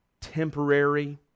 temporary